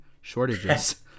shortages